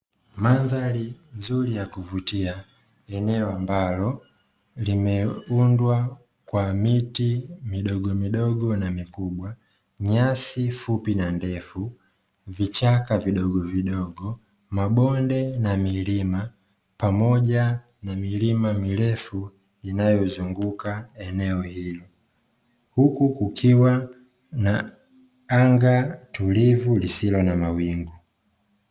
Mandhari nzuri ya kuvutia, eneo ambalo limeundwa kwa miti midogomidogo na mikubwa, nyasi fupi na ndefu, vichaka vidogovidogo, mabonde na milima, pamoja na milima mirefu inayozunguka eneo hilo. Huku kukiwa na anga tulivu lisilo na mawingu.